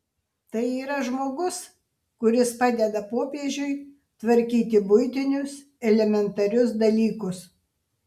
tai yra žmogus kuris padeda popiežiui tvarkyti buitinius elementarius dalykus